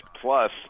Plus